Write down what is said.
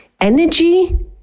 Energy